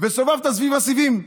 וסובבת סביב הסיבים.